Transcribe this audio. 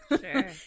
Sure